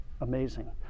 amazing